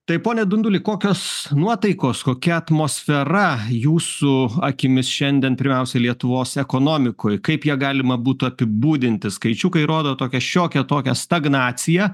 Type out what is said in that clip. tai pone dunduli kokios nuotaikos kokia atmosfera jūsų akimis šiandien pirmiausia lietuvos ekonomikoj kaip ją galima būtų apibūdinti skaičiukai rodo tokią šiokią tokią stagnaciją